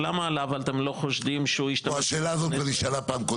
סדר גודל של 65%. לא כל אלה שלא השתקעו ביקשו דרכון.